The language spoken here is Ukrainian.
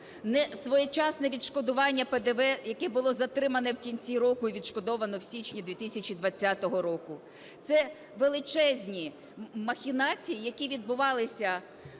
несвоєчасне відшкодування ПДВ, яке було затримане в кінці року і відшкодоване в січні 2020 року. Це величезні махінації, які відбувались в